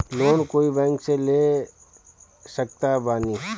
Loan कोई bank से ले सकत बानी?